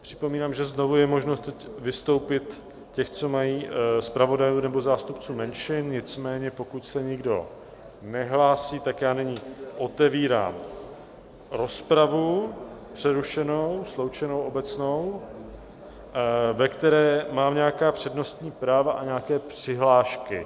Připomínám, že znovu je možnost vystoupit, těch, co mají zpravodajů nebo zástupců menšin, nicméně pokud se nikdo nehlásí, tak nyní otevírám rozpravu, přerušenou, sloučenou obecnou, ve které mám nějaká přednostní práva a nějaké přihlášky.